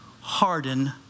harden